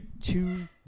two